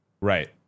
Right